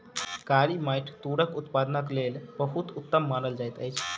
कारी माइट तूरक उत्पादनक लेल बहुत उत्तम मानल जाइत अछि